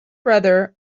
brother